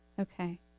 Okay